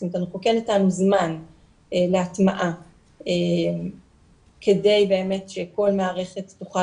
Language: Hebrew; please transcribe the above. זאת אומרת אנחנו כן נתנו זמן להטמעה כדי שכל מערכת תוכל